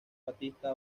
battista